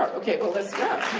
um okay, well, let's go.